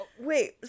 Wait